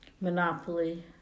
Monopoly